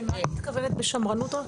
למה את מתכוונת בשמרנות רק?